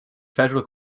federal